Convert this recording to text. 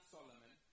Solomon